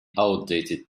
outdated